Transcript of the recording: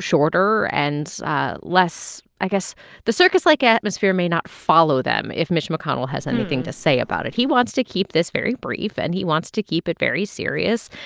shorter and less i guess the circus-like atmosphere may not follow them if mitch mcconnell has anything to say about it. he wants to keep this very brief, and he wants to keep it very serious.